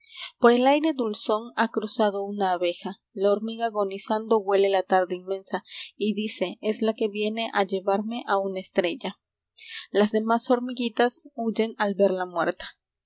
por el aire dulzón ha cruzado una abeja la hormiga agonizando huele la tarde inmensa y dice es la que viene a llevarme a una estrella las demás hormiguitas huyen al verla muerta